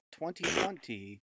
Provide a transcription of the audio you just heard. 2020